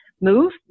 move